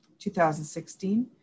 2016